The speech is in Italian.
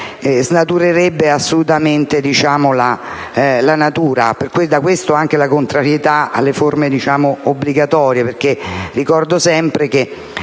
ne snaturerebbe assolutamente la natura. Da questo deriva anche la contrarietà alle forme obbligatorie. Ricordo sempre che